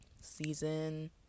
season